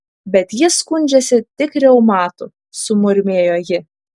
bet jis skundžiasi tik reumatu sumurmėjo ji